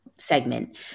segment